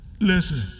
Listen